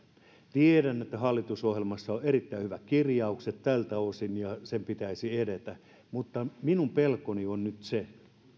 tiedän että hallitusohjelmassa on erittäin hyvät kirjaukset tältä osin ja sen pitäisi edetä mutta minun pelkoni on nyt se